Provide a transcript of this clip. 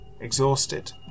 exhausted